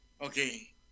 Okay